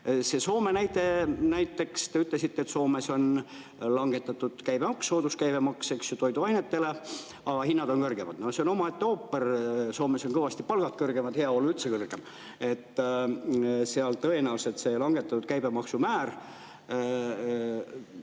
See Soome näide näiteks. Te ütlesite, et Soomes on langetatud käibemaksu, on sooduskäibemaks toiduainetele, aga hinnad on kõrgemad. No see on omaette ooper. Soomes on palgad kõrgemad, heaolu üldse kõrgem. Seal tõenäoliselt see langetatud käibemaksumäär,